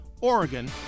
Oregon